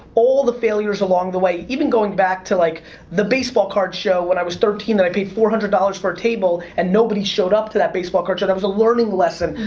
all the failures along the way, even going back to like the baseball card show when i was thirteen, that i paid four hundred dollars for a table and nobody showed up to that baseball card show. that was a learning lesson.